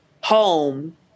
home